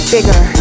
Bigger